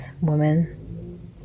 woman